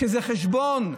שזה חשבון.